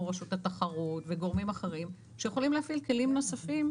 רשות התחרות וגורמים אחרים שיכולים להפעיל כלים נוספים.